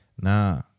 nah